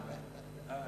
(התקנת